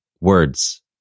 words